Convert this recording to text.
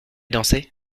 danser